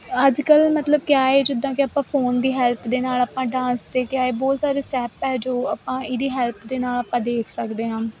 ਅੱਜ ਕਲ੍ਹ ਮਤਲਬ ਕਿਆ ਏ ਜਿੱਦਾਂ ਕਿ ਆਪਾਂ ਫੋਨ ਦੀ ਹੈਲਪ ਦੇ ਨਾਲ ਆਪਾਂ ਡਾਂਸ ਦੇ ਕਿਆ ਏ ਬਹੁਤ ਸਾਰੇ ਸਟੈਪ ਹੈ ਜੋ ਆਪਾਂ ਇਹ ਦੀ ਹੈਲਪ ਦੇ ਨਾਲ ਆਪਾਂ ਦੇਖ ਸਕਦੇ ਹਾਂ